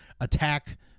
attack